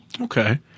Okay